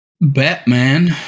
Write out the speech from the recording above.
Batman